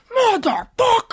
Motherfucker